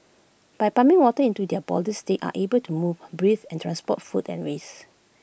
by pumping water into their bodies they are able to move breathe and transport food and waste